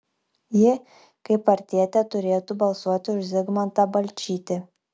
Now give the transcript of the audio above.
ji kaip partietė turėtų balsuoti už zigmantą balčytį